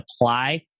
apply